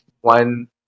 one